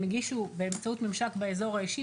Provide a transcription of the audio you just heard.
הם הגישו באמצעות ממשק באזור האישי,